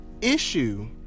issue